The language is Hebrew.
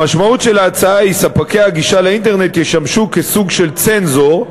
המשמעות של ההצעה היא שספקי הגישה לאינטרנט ישמשו סוג של צנזור,